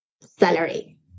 salary